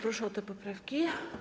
Proszę o te poprawki.